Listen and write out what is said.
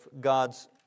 God's